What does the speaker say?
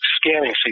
scanning